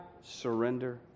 surrender